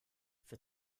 für